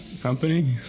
company